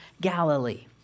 Galilee